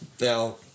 Now